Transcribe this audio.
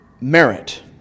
merit